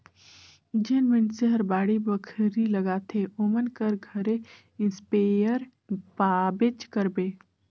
जेन मइनसे हर बाड़ी बखरी लगाथे ओमन कर घरे इस्पेयर पाबेच करबे